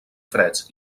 freds